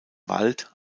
wald